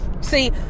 See